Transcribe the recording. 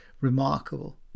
remarkable